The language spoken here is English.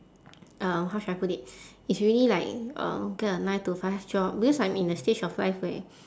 uh how should I put it it's really like uh get a nine to five job because I'm in a stage of life where